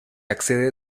accede